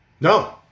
No